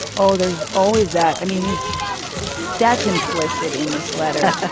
oh, there's always that. i mean, he's that's implicit in this letter.